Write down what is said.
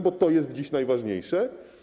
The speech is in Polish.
Bo to jest dziś najważniejsze.